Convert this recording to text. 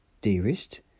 Dearest